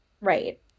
Right